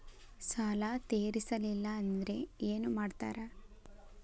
ಸಾಲ ತೇರಿಸಲಿಲ್ಲ ಅಂದ್ರೆ ಏನು ಮಾಡ್ತಾರಾ?